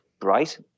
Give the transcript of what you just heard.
bright